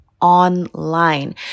online